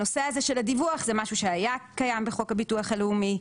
הנושא הזה של הדיווח זה משהו שהיה קיים בחוק הביטוח הלאומי,